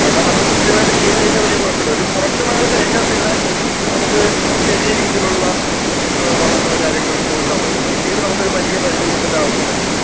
അതെല്ലാം നമ്മൾ കൃത്യമായിട്ട് ചെയ്ത് കഴിഞ്ഞാൽ വലിയ കുഴപ്പം ഇല്ല ഒരു കുറച്ചു നാൾ കഴിഞ്ഞാൽ പിന്നെ നമുക്ക് ചെറിയ രീതിയിലുള്ള വളങ്ങളും കാര്യങ്ങളും ഇട്ട് കൊടുത്താൽ മതിയാവും പിന്നീട് നമുക്കൊരു വലിയ പരിചരണത്തിൻ്റെ ആവശ്യം വരുന്നില്ല